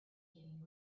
getting